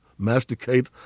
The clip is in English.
masticate